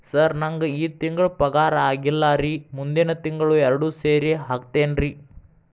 sir ನಂಗ ಈ ತಿಂಗಳು ಪಗಾರ ಆಗಿಲ್ಲಾರಿ ಮುಂದಿನ ತಿಂಗಳು ಎರಡು ಸೇರಿ ಹಾಕತೇನ್ರಿ